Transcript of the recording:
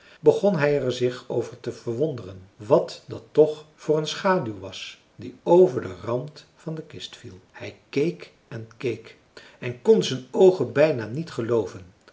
begon hij er zich over te verwonderen wat dat toch voor een schaduw was die over den rand van de kist viel hij keek en keek en kon zijn oogen bijna niet gelooven